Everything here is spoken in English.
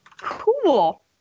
Cool